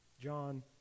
John